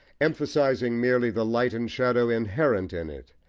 emphasising merely the light and shadow inherent in it,